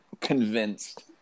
convinced